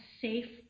safe